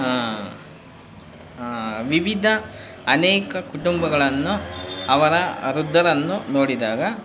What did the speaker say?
ವಿವಿದ ಅನೇಕ ಕುಟುಂಬಗಳನ್ನು ಅವರ ವೃದ್ಧರನ್ನು ನೋಡಿದಾಗ